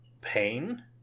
pain